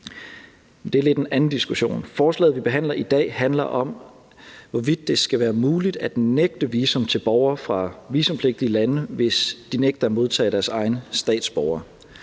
Det er lidt en anden diskussion. Forslaget, vi behandler i dag, handler om, hvorvidt det skal være muligt at nægte visum til borgere fra visumpligtige lande, hvis de nægter at modtage deres egne statsborgere.